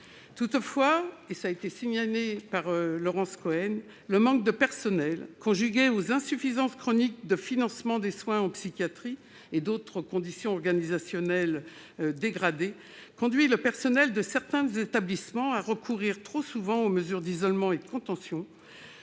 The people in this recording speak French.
Toutefois- Laurence Cohen l'a signalé -, le manque de personnel, conjugué aux insuffisances chroniques de financement des soins en psychiatrie et à d'autres conditions organisationnelles dégradées, conduit trop souvent le personnel de certains établissements à recourir aux mesures d'isolement et de contention,